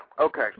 Okay